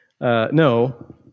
No